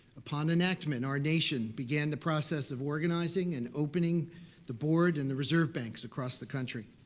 upon enactment, our nation began the process of organizing and opening the board and the reserve banks across the country.